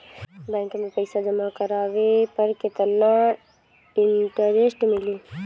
Bank में पईसा जमा करवाये पर केतना इन्टरेस्ट मिली?